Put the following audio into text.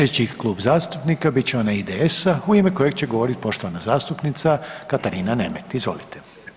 Slijedeći Klub zastupnika bit će onaj IDS-a u ime kojeg će govorit poštovana zastupnica Katarina Nemet, izvolite.